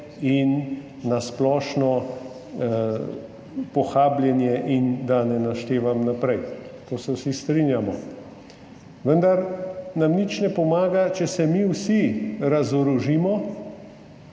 in na splošno pohabljenje, da ne naštevam naprej. To se vsi strinjamo. Vendar nam nič ne pomaga, če se mi vsi razorožimo,